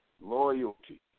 loyalty